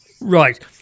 Right